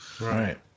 Right